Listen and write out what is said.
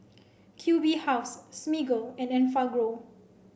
Q B House Smiggle and Enfagrow